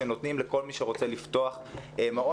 שנותנים לכל מי שרוצה לפתוח מעון,